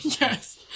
Yes